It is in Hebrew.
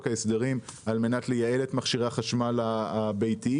ההסדרים על מנת לייעל את מכשירי החשמל הביתיים.